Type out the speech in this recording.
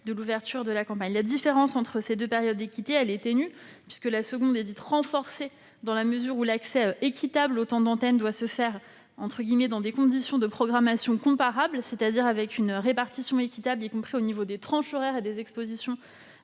de l'ouverture de la campagne. La différence entre ces deux périodes d'équité est ténue : la seconde est dite « renforcée », dans la mesure où l'accès équitable au temps d'antenne doit se faire « dans des conditions de programmation comparables », c'est-à-dire suivant une répartition équitable, tenant compte des tranches horaires et de l'exposition